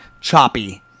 choppy